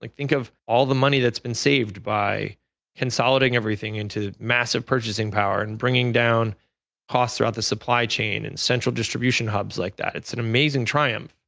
like think of all the money that's been saved by consulting everything into massive purchasing power and bringing down cost rather supply chain and central distribution hubs like that. it's an amazing triumph.